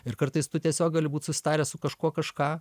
ir kartais tu tiesiog gali būti susitaręs su kažkuo kažką